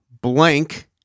blank